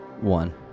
One